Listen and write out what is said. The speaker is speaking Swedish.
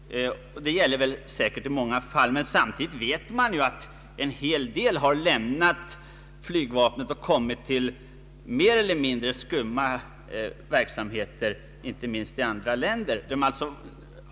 Det gäller säkert i många fall, men samtidigt vet man ju att en del har lämnat flygvapnet och kommit till mer eller mindre skumma verksamheter, inte minst i andra länder.